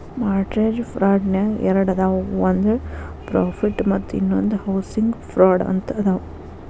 mortgage ಫ್ರಾಡ್ನ್ಯಾಗ ಎರಡದಾವ ಒಂದ್ ಪ್ರಾಫಿಟ್ ಮತ್ತ ಇನ್ನೊಂದ್ ಹೌಸಿಂಗ್ ಫ್ರಾಡ್ ಅಂತ ಅದಾವ